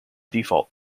default